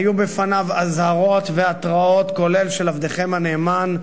היו בפניו אזהרות והתרעות, כולל של עבדכם הנאמן.